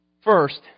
First